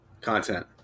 Content